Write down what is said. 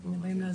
מאז.